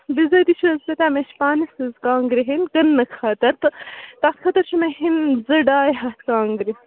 بِضٲتی چھِ حظ پَتَہ مےٚ چھِ پانَس حظ کانٛگرِ ہیٚنۍ کٕنٛنہٕ خٲطٕر تہٕ تَتھ خٲطرٕ چھِ مےٚ ہیٚنۍ زٕ ڈاے ہَتھ کانٛگرِ